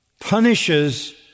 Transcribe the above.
punishes